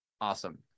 Awesome